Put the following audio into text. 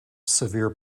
severe